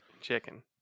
Chicken